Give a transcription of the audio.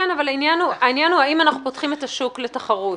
העניין הוא האם אנחנו פותחים את השוק לתחרות.